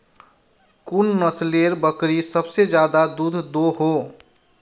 कुन नसलेर बकरी सबसे ज्यादा दूध दो हो?